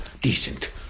decent